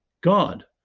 God